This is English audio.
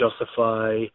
justify